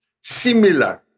similar